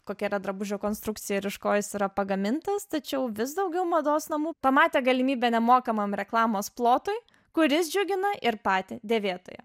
kokia yra drabužio konstrukcija ir iš ko jis yra pagamintas tačiau vis daugiau mados namų pamatė galimybę nemokamam reklamos plotui kuris džiugina ir patį dėvėtoją